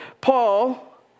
Paul